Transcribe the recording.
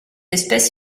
espèce